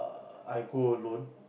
err I go alone